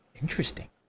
Interesting